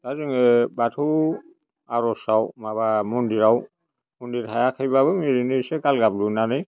दा जोङो बाथौ आरजआव माबा मन्दिराव मन्दिर हायाखैबाबो ओरैनो एसे गालगाब लुनानै